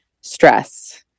stress